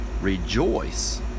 rejoice